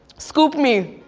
scoop me,